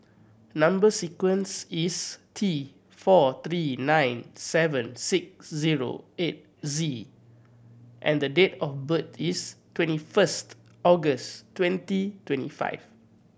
number sequence is T four three nine seven six zero eight Z and the date of birth is twenty first August twenty twenty five